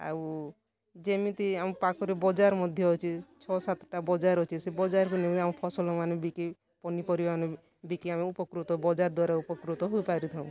ଆଉ ଯେମିତି ଆମ ପାଖରେ ବଜାର ମଧ୍ୟ ଅଛି ଛଅ ସାତଟା ବଜାର ଅଛି ସେ ବଜାରକୁ ନେଇ ଆମ ଫସଲ ମାନ ବିକି ପନିପରିବା ଆମେ ବିକି ଆମେ ପ୍ରକୃତ ବଜାର ଦର ଉପକୃତ ହୋଇପାରିଥାଉ